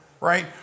right